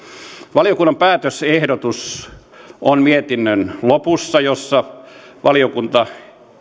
valiokunnan päätösehdotus on mietinnön lopussa jossa valiokunta